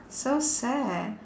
so sad